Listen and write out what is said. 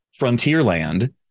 Frontierland